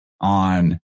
on